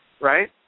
right